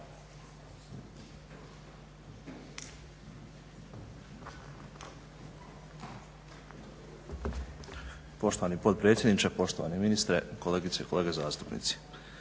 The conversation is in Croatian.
Poštovani potpredsjedniče, poštovani ministre, kolegice i kolege zastupnici.